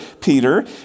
Peter